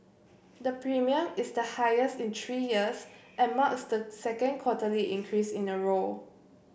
the premium is the highest in three years and marks the second quarterly increase in a row